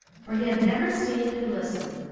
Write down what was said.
for he had never seemed to listen,